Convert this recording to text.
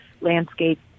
landscape